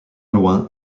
loin